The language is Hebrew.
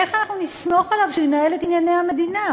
איך אנחנו נסמוך עליו שהוא ינהל את ענייני המדינה?